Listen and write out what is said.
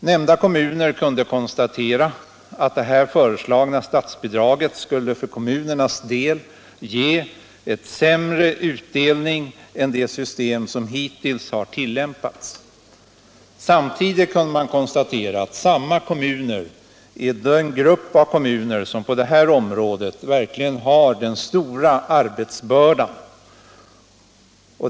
Nämnda kommuner kunde konstatera att det här föreslagna statsbidraget för kommunernas del skulle ge sämre utdelning än det system som hittills har tillämpats. Samtidigt kunde man konstatera att samma kommuner utgör den grupp av kommuner som på detta område verkligen har den stora arbetsbördan.